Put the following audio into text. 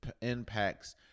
impacts